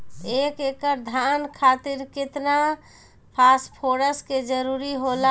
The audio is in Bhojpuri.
एक एकड़ धान खातीर केतना फास्फोरस के जरूरी होला?